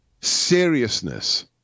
seriousness